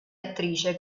attrice